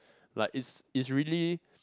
like is is really